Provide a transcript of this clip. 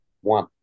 one